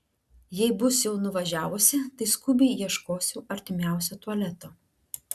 jei bus jau nuvažiavusi tai skubiai ieškosiu artimiausio tualeto